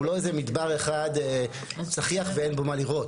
לא איזה מדבר אחד צחיח ואין בו מה לראות,